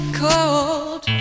cold